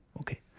Okay